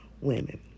women